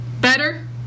better